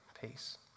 peace